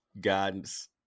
guidance